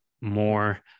more